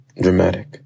Dramatic